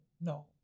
no